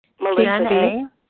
Melissa